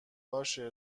باشه